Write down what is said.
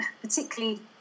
particularly